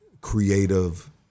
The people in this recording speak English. creative